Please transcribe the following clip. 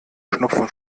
schnupfen